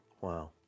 Wow